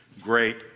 Great